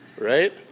right